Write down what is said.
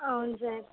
అవును సార్